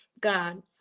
God